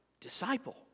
Disciple